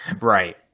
Right